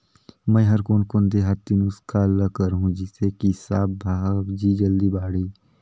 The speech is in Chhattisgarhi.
मै हर कोन कोन देहाती नुस्खा ल करहूं? जिसे कि साक भाजी जल्दी बाड़ही?